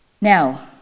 Now